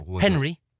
Henry